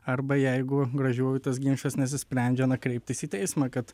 arba jeigu gražiuoju tas ginčas nesisprendžia na kreiptis į teismą kad